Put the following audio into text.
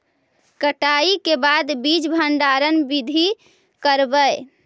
कटाई के बाद बीज भंडारन बीधी करबय?